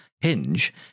hinge